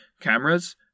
Cameras